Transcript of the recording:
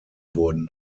wurden